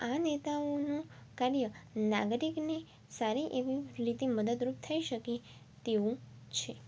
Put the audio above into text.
આ નેતાઓનું કાર્ય નાગરિકને સારી એવી રીતે મદદરુપ થઈ શકે તેવું છે